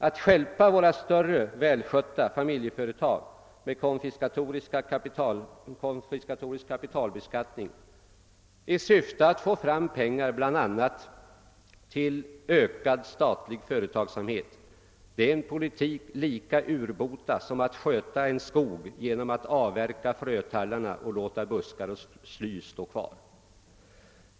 Att stjälpa våra större välskötta familjeföretag med en konfiskatorisk kapitalbeskattning i syfte att få fram pengar bl.a. till ökad statlig företagsamhet är en politik lika urbota som att sköta en skog genom att avverka frötallarna och låta buskar och sly stå kvar.